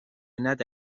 نده